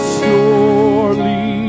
surely